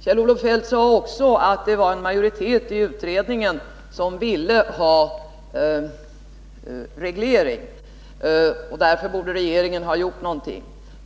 Kjell-Olof Feldt sade också att det var en majoritet i utredningen som ville ha reglering och därför borde den föregående regeringen ha gjort någonting.